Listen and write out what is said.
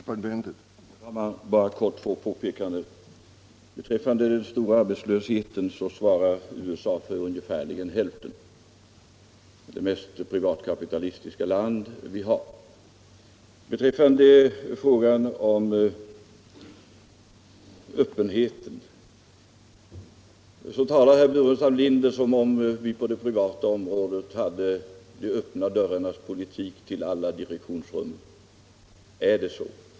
Herr talman! Bara två korta påpekanden. Beträffande arbetslösheten vill jag anföra att USA — det mest privatkapitalistiska land vi har — svarar för ungefär hälften. I fråga om öppenheten talar herr Burenstam Linder som om man på det privata området hade de öppna dörrarnas politik när det gäller alla direktionsrum. Är det så?